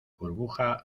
burbuja